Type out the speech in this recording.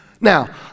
Now